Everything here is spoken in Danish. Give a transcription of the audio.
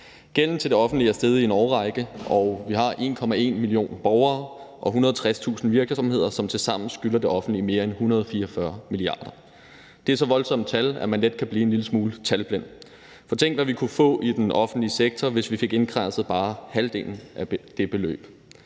Gælden til det offentlige er steget i en årrække, og vi har 1,1 million borgere og 160.000 virksomheder, som tilsammen skylder det offentlige mere end 144 mia. kr. Det er så voldsomme tal, at man let kan blive en lille smule talblind, for tænk, hvad vi kunne få i den offentlige sektor, hvis vi fik indkradset bare halvdelen af det beløb.